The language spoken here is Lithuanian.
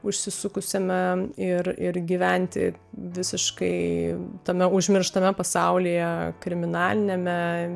užsisukusiame ir ir gyventi visiškai tame užmirštame pasaulyje kriminaliniame